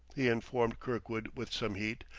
he informed kirkwood with some heat,